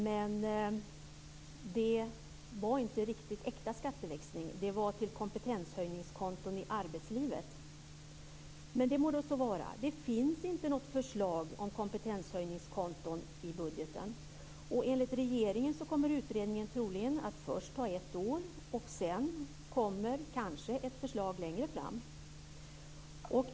Men det var inte riktigt äkta skatteväxling, utan det var till kompetenshöjningskonton i arbetslivet. Det må så vara - det finns inte något förslag om kompetenshöjningskonton i budgeten. Enligt regeringen kommer utredningen troligen att först ta ett år, och sedan kommer kanske ett förslag längre fram.